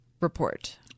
report